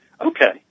Okay